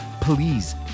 please